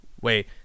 Wait